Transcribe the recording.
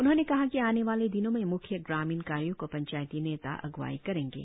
उन्होंने कहा कि आने वाले दिनों में मुख्य ग्रामीण कार्यो को पंचायती नेता अग्रवाई करेंगे